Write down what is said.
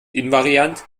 invariant